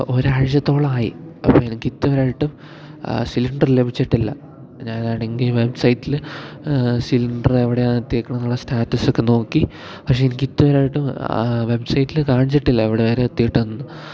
ഒരാഴ്ച്ചത്തോളമായി അപ്പം എനിക്കിതുവരെയായിട്ടും സിലണ്ടറ് ലഭിച്ചിട്ടില്ല ഞാനാണെങ്കിൽ വെബ്സൈറ്റിൽ സിലിണ്ട്റ് എവിടെയാണ് എത്തിയേക്കണത് എന്നുള്ള സ്റ്റാറ്റസ് ഒക്കെ നോക്കി പക്ഷേ എനിക്കിതുവരെയായിട്ടും വെബ്സൈറ്റിൽ കാണിച്ചിട്ടില്ല എവിടെ വരെ എത്തീട്ടെന്ന്